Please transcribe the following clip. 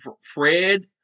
Fred